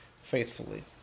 faithfully